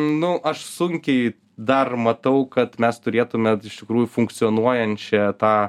nu aš sunkiai dar matau kad mes turėtume iš tikrųjų funkcionuojančią tą